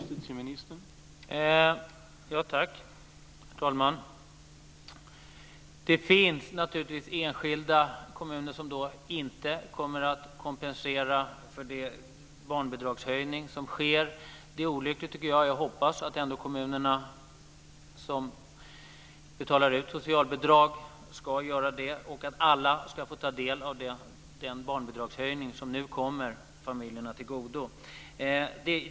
Herr talman! Det finns naturligtvis enskilda kommuner som inte kommer att kompensera för den barnbidragshöjning som sker. Det är olyckligt, tycker jag. Jag hoppas att de kommuner som betalar ut socialbidrag ändå ska göra det, och att alla ska få ta del av den barnbidragshöjning som nu kommer familjerna till godo.